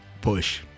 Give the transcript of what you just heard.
push